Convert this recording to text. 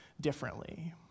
differently